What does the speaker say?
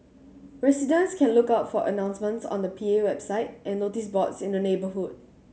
residents can look out for announcements on the P A website and notice boards in the neighbourhood